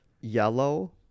yellow